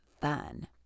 fun